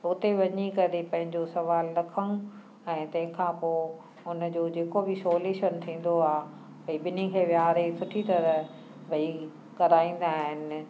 हुते वञी करे पंहिंजो सुवालु न खणूं ऐं तंहिंखां पोइ उन जो जेको बि सोल्युशन थींदो आहे भई ॿिन्ही खे विहारे सुठी तरह भई कराईंदा आहिनि